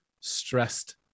stressed